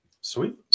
Sweet